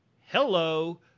hello